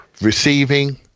receiving